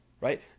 right